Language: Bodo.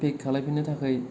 पेक खालामफिननो थाखाय